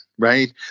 right